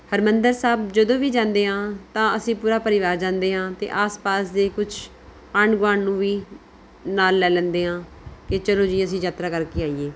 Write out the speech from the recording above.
ਹਰਿਮੰਦਰ ਸਾਹਿਬ ਜਦੋਂ ਵੀ ਜਾਂਦੇ ਹਾਂ ਤਾਂ ਅਸੀਂ ਪੂਰਾ ਪਰਿਵਾਰ ਜਾਂਦੇ ਹਾਂ ਅਤੇ ਆਸ ਪਾਸ ਦੇ ਕੁਛ ਆਂਢ ਗੁਆਂਢ ਨੂੰ ਵੀ ਨਾਲ ਲੈ ਲੈਂਦੇ ਹਾਂ ਕਿ ਚਲੋ ਜੀ ਅਸੀਂ ਯਾਤਰਾ ਕਰਕੇ ਆਈਏ